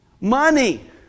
Money